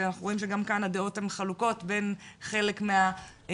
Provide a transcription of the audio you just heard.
שאנחנו רואים שגם כאן הדעות הן חלוקות בין חלק מהרופאים,